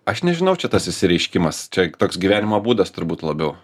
aš nežinau čia tas išsireiškimas čia toks gyvenimo būdas turbūt labiau